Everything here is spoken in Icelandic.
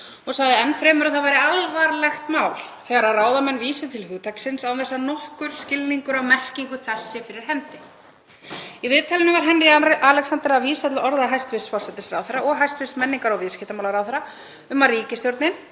og sagði enn fremur að það væri alvarlegt mál þegar ráðamenn vísuðu til hugtaksins án þess að nokkur skilningur á merkingu þess væri fyrir hendi. Í viðtalinu var Henry Alexander að vísa til orða hæstv. forsætisráðherra og hæstv. menningar- og viðskiptaráðherra um að ríkisstjórnin